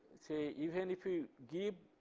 say even if you keep